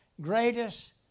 Greatest